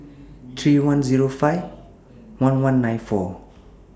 three one Zero five one one nine four